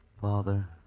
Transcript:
Father